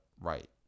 Right